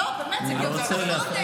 כל הכבוד.